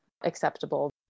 acceptable